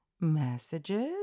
messages